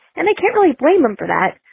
and i can't really blame them for that.